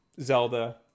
Zelda